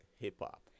hip-hop